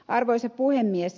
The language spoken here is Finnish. arvoisa puhemies